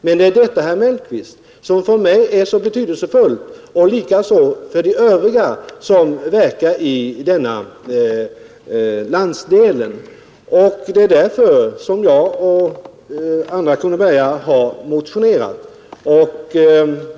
Men detta, herr Mellqvist, är betydelsefullt för mig och likaså för de övriga som verkar i denna landsdel. Det är därför som jag och andra kronobergare har motionerat.